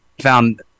found